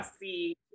see